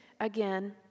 again